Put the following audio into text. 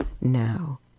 now